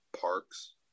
parks